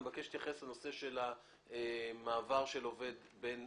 אני מבקש להתייחס לנושא של מעבר עובד בין